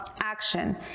action